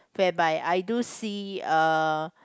whereby I do see err